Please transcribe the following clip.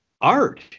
art